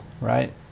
right